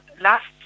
last